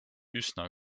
üsna